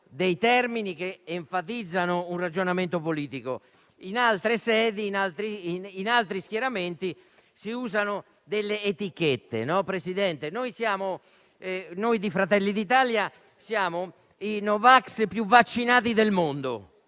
termini che enfatizzano un ragionamento politico, mentre in altre sedi, in altri schieramenti, si usano delle etichette. Noi di Fratelli d'Italia siamo i no vax più vaccinati del mondo;